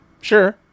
Sure